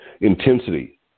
Intensity